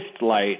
light